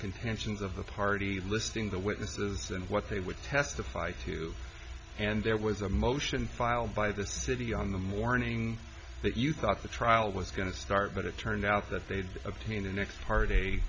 contentions of the party listing the witnesses and what they would testify to and there was a motion filed by the city on the morning that you thought the trial was going to start but it turned out that they'd of to be in the next part